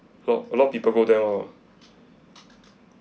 a lot a lot of people go there ah